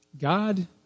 God